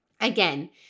Again